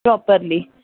properly